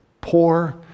poor